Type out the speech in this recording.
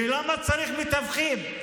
ולמה צריך מתווכים?